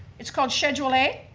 it's called schedule a?